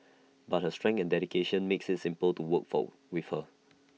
but her strength and dedication makes IT simple to work for with her